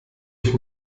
ich